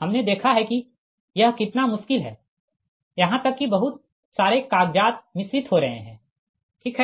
हमने देखा है कि यह कितना मुश्किल है यहाँ तक कि बहुत सारे कागज़ात मिश्रित हो रहे है ठीक है